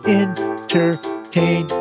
entertain